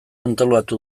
antolatu